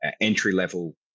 entry-level